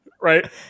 Right